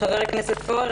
חבר הכנסת פורר.